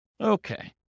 Okay